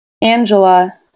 Angela